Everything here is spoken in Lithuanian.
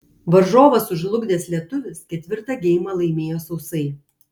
varžovą sužlugdęs lietuvis ketvirtą geimą laimėjo sausai